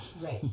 Right